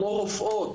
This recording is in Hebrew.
כמו רופאות,